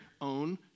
own